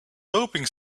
doping